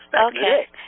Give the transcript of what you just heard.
Okay